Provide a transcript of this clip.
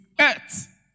earth